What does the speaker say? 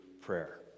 prayer